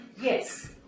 yes